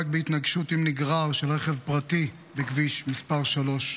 בהתנגשות עם נגרר של רכב פרטי בכביש מס' 3,